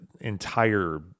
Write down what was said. entire